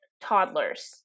toddlers